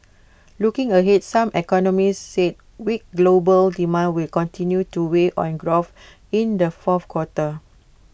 looking ahead some economists said weak global demand will continue to weigh on growth in the fourth quarter